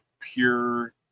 pure